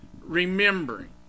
remembering